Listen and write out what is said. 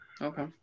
Okay